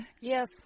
Yes